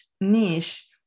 niche